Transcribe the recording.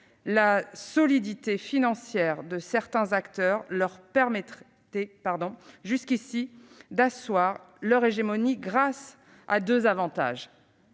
la solidité financière de certains acteurs leur permettait jusqu'ici d'asseoir leur hégémonie grâce à deux avantages